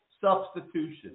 substitution